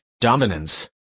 dominance